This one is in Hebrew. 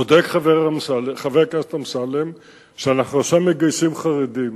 צודק חבר הכנסת אמסלם שאנחנו עכשיו מגייסים חרדים.